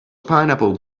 pineapple